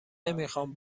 نمیخام